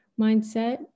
mindset